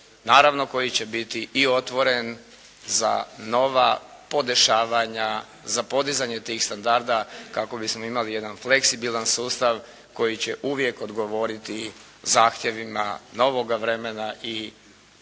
naravno koji će biti i otvoren za nova podešavanja za podizanje tih standarda kako bismo imali jedan fleksibilan sustav koji će uvijek odgovoriti zahtjevima novoga vremena i